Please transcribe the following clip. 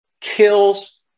kills